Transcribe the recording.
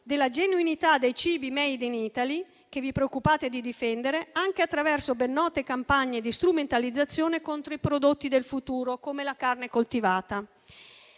della genuinità dei cibi *made in Italy* che vi preoccupate di difendere anche attraverso ben note campagne di strumentalizzazione contro i prodotti del futuro, come la carne coltivata.